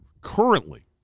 currently